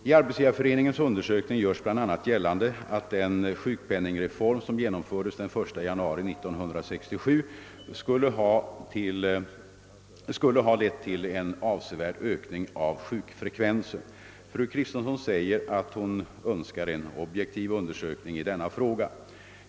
I Arbetsgivareföreningens undersökning görs bl.a. gällande att den sjukpenningreform som genomfördes den 1 januari 1967 skulle ha lett till en avsevärd ökning av sjukfrekvensen. Fru Kristensson säger att hon önskar en objektiv undersökning i denna fråga.